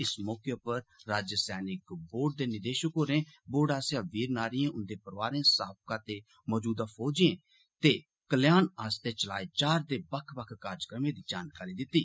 इस मौके उप्पर राज्य सैनिक बोर्ड दे निदेषक होरे बोर्ड आस्सेआ वीर नारिएं उन्दे परौआरें साबका ते मौजूदा फौजिएं दे कल्याण आस्तै चलाए जारदे बक्ख बक्ख कार्जक्रमें दी जानकारी दिती